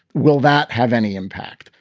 will that have any impact?